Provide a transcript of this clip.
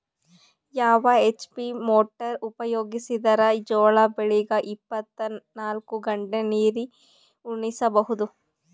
ಯಾವ HP motor ಉಪಯೋಗಿಸಿದರ ಜೋಳ ಬೆಳಿಗ ಇಪ್ಪತ ನಾಲ್ಕು ಗಂಟೆ ನೀರಿ ಉಣಿಸ ಬಹುದು?